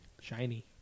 Shiny